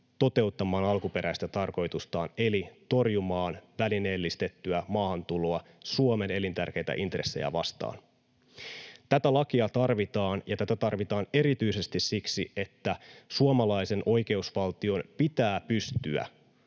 toteuttamaan alkuperäistä tarkoitustaan eli torjumaan välineellistettyä maahantuloa Suomen elintärkeitä intressejä vastaan. Tätä lakia tarvitaan, ja tätä tarvitaan erityisesti siksi, että suomalaisen oikeusvaltion pitää pystyä